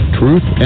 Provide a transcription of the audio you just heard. truth